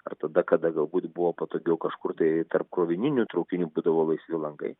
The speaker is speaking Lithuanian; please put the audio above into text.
ar tada kada galbūt buvo patogiau kažkur tai tarp krovininių traukinių būdavo laisvi langai